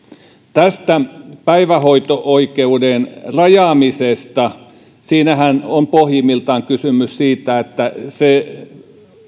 päivähoito oikeuden rajaamisesta siinähän on pohjimmiltaan kysymys siitä että se